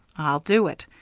i'll do it.